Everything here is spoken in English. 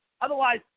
Otherwise